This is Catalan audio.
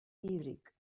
hídric